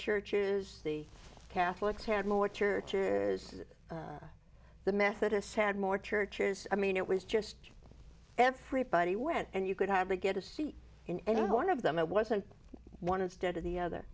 churches the catholics had more churches the methodists had more churches i mean it was just everybody went and you could hardly get a seat in any one of them it wasn't one instead of the other